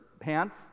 pants